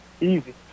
Easy